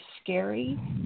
scary